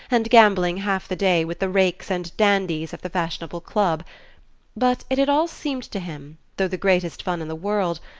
and gambling half the day with the rakes and dandies of the fashionable club but it had all seemed to him, though the greatest fun in the world,